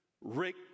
Rick